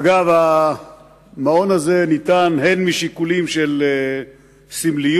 אגב, המעון הזה ניתן הן משיקולים של סמליות,